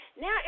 Now